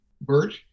Bert